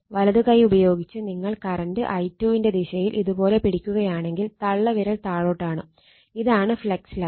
വലത് കൈ ഉപയോഗിച്ച് നിങ്ങൾ കറണ്ട് i2 വിന്റെ ദിശയിൽ ഇത് പോലെ പിടിക്കുകയാണെങ്കിൽ തള്ളവിരൽ താഴോട്ടാണ് ഇതാണ് ഫ്ളക്സ് ലൈൻ